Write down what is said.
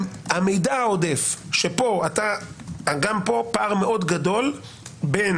המידע העודף שאגם פה פער מאוד גדול בין